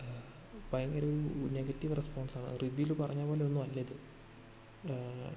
ഭയങ്കര ഒരു നെഗറ്റീവ് റെസ്പോൺസാണ് റിവ്യൂൽ പറഞ്ഞ പോലെ ഒന്നും അല്ല ഇത്